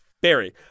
Barry